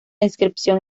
inscripción